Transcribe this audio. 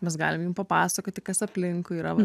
mes galim jum papasakoti kas aplinkui yra